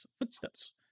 footsteps